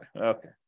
Okay